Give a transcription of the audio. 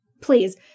Please